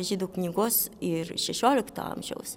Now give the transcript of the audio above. žydų knygos ir šešiolikto amžiaus